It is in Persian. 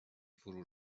فرو